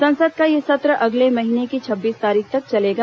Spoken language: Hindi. संसद का यह सत्र अगले महीने की छब्बीस तारीख तक चलेगा